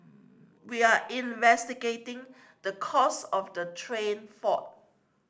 we are investigating the cause of the train fault